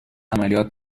عملیات